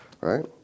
right